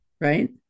right